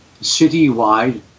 city-wide